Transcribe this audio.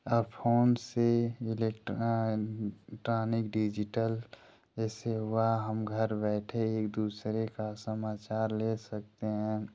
अब फोन से electronic digital जैसे हुआ हम घर बैठे एक दूसरे का समाचार ले सकते हैं